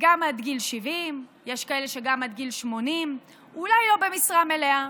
גם עד גיל 70. יש כאלה שגם עד גיל 80. אולי לא במשרה מלאה,